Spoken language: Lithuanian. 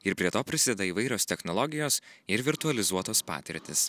ir prie to prisideda įvairios technologijos ir virtualizuotos patirtys